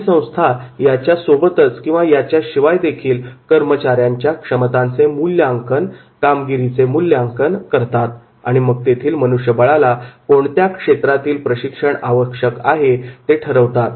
काही संस्था याच्यासोबतच किंवा याच्याशिवाय देखील कर्मचाऱ्यांच्या क्षमतांचे मूल्यांकन कामगिरीचे मुल्यांकन करतात आणि मग तेथील मनुष्यबळाला कोणत्या क्षेत्रांमधील प्रशिक्षण आवश्यक आहे ते ठरवतात